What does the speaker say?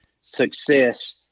success